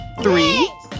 Three